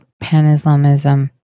Pan-Islamism